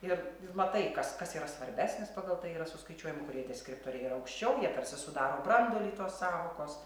ir matai kas kas yra svarbesnis pagal tai yra suskaičiuojami kurie deskriptoriai yra aukščiau jie tarsi sudaro branduolį tos sąvokos